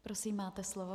Prosím, máte slovo.